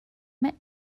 met